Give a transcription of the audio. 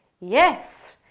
yes,